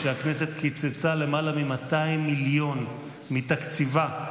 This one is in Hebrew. כשהכנסת קיצצה למעלה מ-200 מיליון מתקציבה,